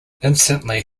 instantly